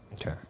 Okay